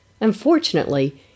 Unfortunately